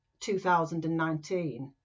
2019